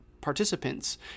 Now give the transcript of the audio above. participants